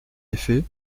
effet